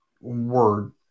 word